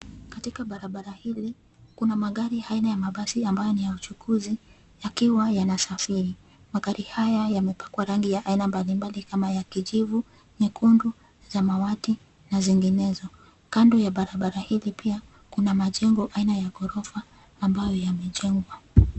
Katika barabara hili kuna magari aina ya mabasi ambayo ni ya uchukuzi yakiwa yanasafiri. Magari haya yamepakwa rangi ya aina mbali mbali kama ya kijivu, nyekundu, samawati na zinginezo. Kando ya barabara hili pia kuna majengo aina ya ghorofa ambayo yamejengwa.